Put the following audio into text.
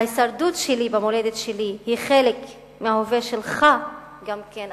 וההישרדות שלי במולדת שלי הן חלק מהווה שלך גם כן,